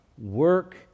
work